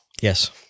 Yes